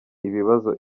ibibazo